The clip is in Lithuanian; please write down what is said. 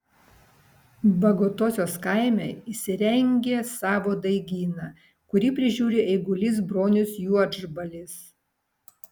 bagotosios kaime įsirengė savo daigyną kurį prižiūri eigulys bronius juodžbalis